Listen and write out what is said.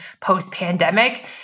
post-pandemic